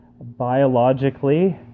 biologically